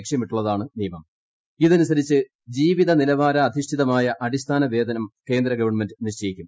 ലക്ഷ്യമിട്ടുള്ളതാണ് ഇതനുസരിച്ച് ജീവിതനിലവാരാധിഷ്ഠിതമായ അടിസ്ഥാന വേതനം കേന്ദ്രഗവണ്മെന്റ് നിശ്ചയിക്കും